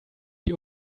die